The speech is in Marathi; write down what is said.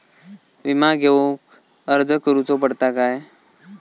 विमा घेउक अर्ज करुचो पडता काय?